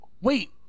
Wait